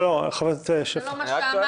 זה לא מה שאמרתי.